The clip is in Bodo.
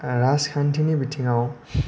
राजखान्थिनि बिथिङाव